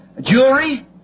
jewelry